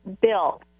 Bill